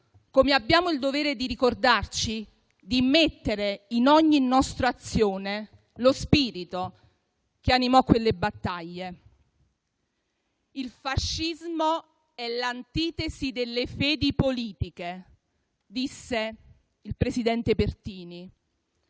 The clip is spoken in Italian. come abbiamo il dovere di ricordarci di mettere in ogni nostra azione lo spirito che animò quelle battaglie. «Il fascismo è l'antitesi delle fedi politiche», disse il presidente Pertini.